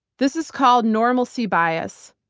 this is called normalcy bias,